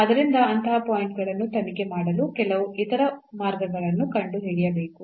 ಆದ್ದರಿಂದ ಅಂತಹ ಪಾಯಿಂಟ್ ಗಳನ್ನು ತನಿಖೆ ಮಾಡಲು ಕೆಲವು ಇತರ ಮಾರ್ಗಗಳನ್ನು ಕಂಡುಹಿಡಿಯಬೇಕು